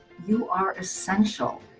you are essential.